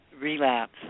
relapse